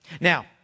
Now